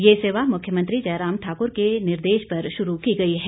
ये सेवा मुख्यमंत्री जयराम ठाकुर के निर्देश पर शुरू की गई है